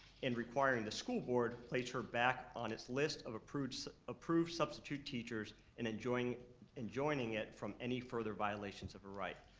and requiring the school board place her back on its list of approved so approved substitute teachers and and joining and joining it from any further violations of her right.